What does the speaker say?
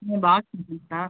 எல்லாமே box items தான்